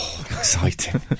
exciting